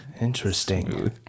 Interesting